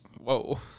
Whoa